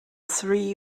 three